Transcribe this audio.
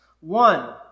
One